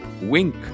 Wink